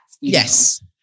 yes